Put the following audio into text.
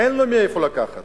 אין לו מאיפה לקחת,